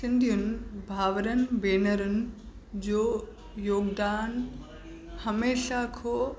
सिंधियुनि भाउरनि भेनरुनि जो योगदान हमेशा खो